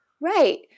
Right